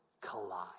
collide